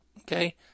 okay